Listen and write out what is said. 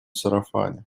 сарафане